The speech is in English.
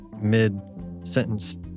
mid-sentence